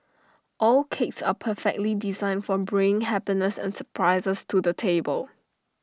all cakes are perfectly designed for bringing happiness and surprises to the table